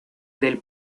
del